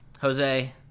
Jose